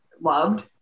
loved